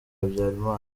habyarimana